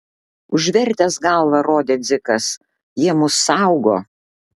užvertęs galvą rodė dzikas jie mus saugo